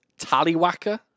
Tallywacker